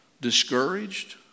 discouraged